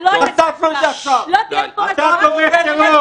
אתה מעודד רצח ישראלים בתוך הקו הירוק.